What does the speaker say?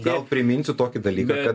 gal priminsiu tokį dalyką bet